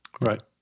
Right